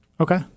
Okay